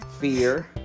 fear